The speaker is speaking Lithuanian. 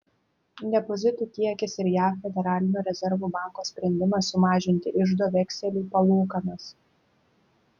depozitų kiekis ir jav federalinio rezervų banko sprendimas sumažinti iždo vekselių palūkanas